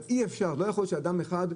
אבל אי אפשר, לא יכול להיות שאדם אחד,